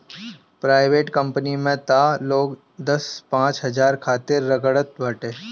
private कंपनीन में तअ लोग दस पांच हजार खातिर रगड़त बाटे